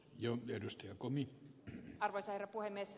joo liedosta ja komi te arvoisa herra puhemies